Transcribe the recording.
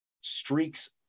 streaks